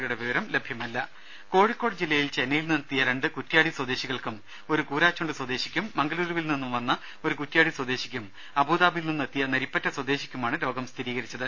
രുമ കോഴിക്കോട് ജില്ലയിൽ ചെന്നൈയിൽ നിന്നെത്തിയ രണ്ട് കുറ്റിയാടി സ്വദേശികൾക്കും ഒരു കൂരാച്ചുണ്ട് സ്വദേശിക്കും മംഗലുരുവിൽ നിന്നും വന്ന ഒരു കുറ്റിയാടി സ്വദേശിക്കും അബുദാബിയിൽ നിന്നെത്തിയ നരിപ്പറ്റ സ്വദേശിക്കുമാണ് രോഗം സ്ഥിരീകരിച്ചത്